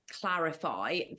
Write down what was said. clarify